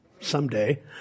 Someday